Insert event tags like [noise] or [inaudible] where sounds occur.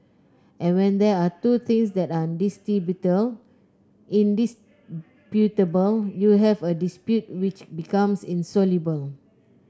and when there are two things that are [unintelligible] indisputable you have a dispute which becomes insoluble